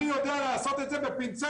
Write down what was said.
אני יודע לעשות את זה בפינצטה.